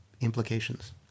implications